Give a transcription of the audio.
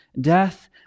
Death